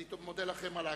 אני מודה לכם על ההקשבה,